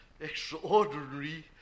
extraordinary